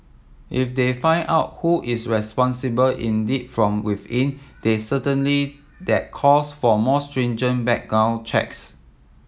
if they find out who is responsible indeed from within then certainly that calls for more stringent background checks